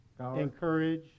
encourage